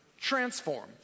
transform